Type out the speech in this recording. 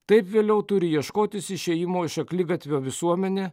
taip vėliau turi ieškotis išėjimo iš akligatvio visuomenė